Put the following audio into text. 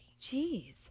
Jeez